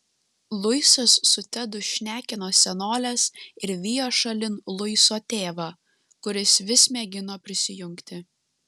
luisas su tedu šnekino senoles ir vijo šalin luiso tėvą kuris vis mėgino prisijungti